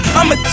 I'ma